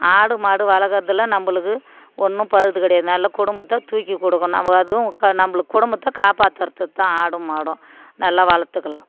ஆடு மாடு வளர்க்குறதுல நம்மளுக்கு ஒன்றும் பழுது கிடயாது நல்ல குடும்பத்தை தூக்கி கொடுக்கும் நம்ம அதுவும் க நம்மளுக்கு குடும்பத்தை காப்பாற்றுறத்து தான் ஆடும் மாடும் நல்லா வளர்த்துக்கலாம்